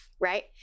Right